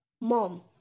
mom